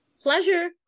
pleasure